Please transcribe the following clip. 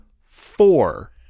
four